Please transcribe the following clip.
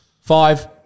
Five